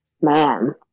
Man